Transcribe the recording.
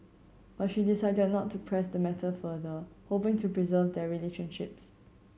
but she decided not to press the matter further hoping to preserve their relationships